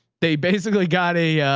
they basically got a,